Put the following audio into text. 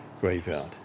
graveyard